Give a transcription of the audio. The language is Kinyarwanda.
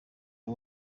w’u